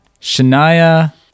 Shania